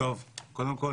קודם כל,